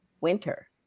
winter